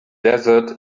desert